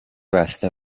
بسته